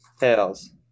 Tails